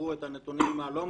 ובחרו את הנתונים הלא מחמיאים,